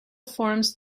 forms